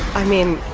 i mean,